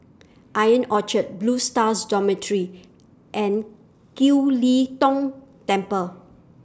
Ion Orchard Blue Stars Dormitory and Kiew Lee Tong Temple